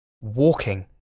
walking